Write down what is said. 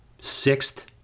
Sixth